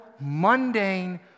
mundane